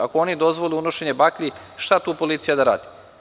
Ako oni dozvole unošenje baklji, šta tu policija da radi?